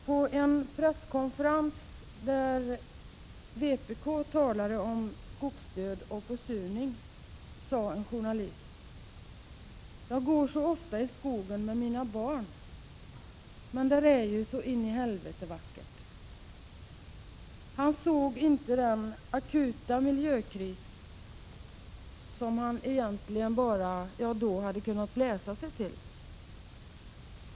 På en presskonferens där vpk talade om skogsdöd och försurning sade en journalist: ”Jag går så ofta i skogen med mina barn, men där är ju så in i helsike vackert.” Han såg alltså inte den akuta miljökris som han då egentligen bara hade kunnat läsa sig till.